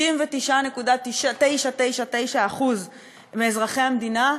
99.999% מאזרחי המדינה,